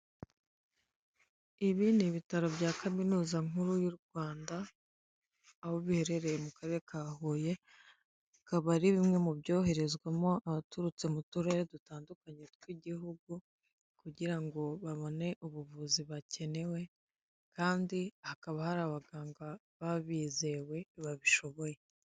Ibi ni ibitaro bya kaminuza nkuru y'u Rwanda, aho biherereye mu karere ka huye, bikaba ari bimwe mu byoherezwamo abaturutse mu turere dutandukanye tw'igihugu, kugira ngo babone ubuvuzi bakeneye, kandi hakaba hari abaganga baba bizewe babishoboye.